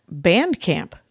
Bandcamp